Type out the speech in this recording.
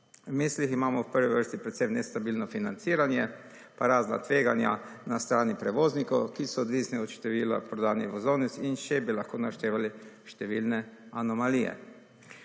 V mislih imamo v prvi vrsti predvsem nestabilno financiranje pa razna tveganja na strani prevoznikov, ki so odvisni od števila prodanih vozovnic in še bi lahko naštevali številne anomalije.